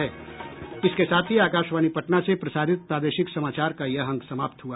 इसके साथ ही आकाशवाणी पटना से प्रसारित प्रादेशिक समाचार का ये अंक समाप्त हुआ